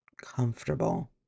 comfortable